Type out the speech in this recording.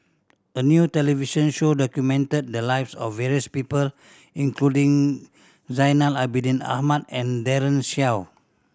a new television show documented the lives of various people including Zainal Abidin Ahmad and Daren Shiau